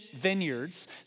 vineyards